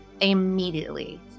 immediately